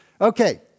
Okay